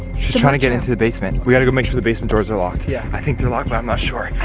she's trying to get into the basement. we gotta make sure the basement doors are locked. yeah. i think they locked but i'm not sure.